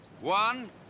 one